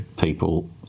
people